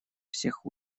всех